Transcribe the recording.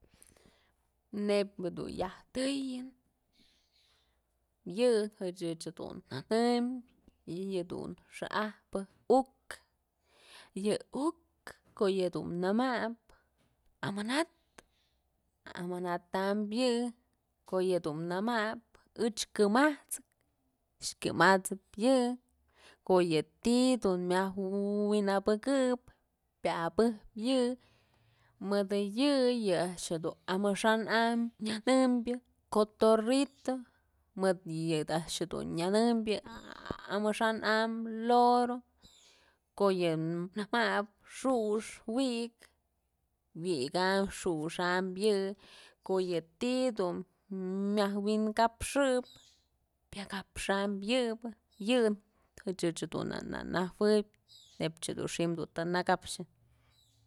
Neyb dun yajtëyen yë jëch dun nanëm yëdun xa'ajpë ukë yë uk ko'o yëdun nëmap amanat, amanatam yë, ko'o yëdun namap ëch këmasëk kyemat'sëp yë, kko'o yë ti'i dun myaj wi'in apëkëp pya'abëjpë yë mëdë yë, yë a'ax jedun amaxa'an am nyanënbyë cotorrito mëd yë a'ax dun nyënëmbyë amaxa'an am loro, ko'o yë namap xu'ux, wi'ikë, wi'ikam xuxam yë, ko'o yé ti'i dum myaj wi'ikapxëp pyakapxam yëbë yëch ëch dun na najuëb neybch dun xi'im të nëkapxyë.